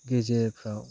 गेजेरफ्राव